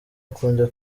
akunda